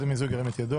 מי בעד אישור המיזוג?